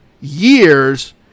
years